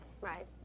Right